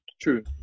True